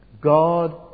God